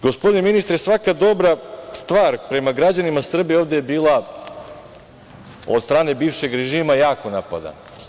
Gospodine ministre, svaka dobra stvar prema građanima Srbije ovde je bila od strane bivšeg režima jako napadana.